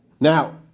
Now